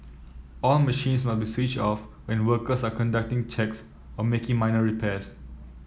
all machines must be switched off when workers are conducting checks or making minor repairs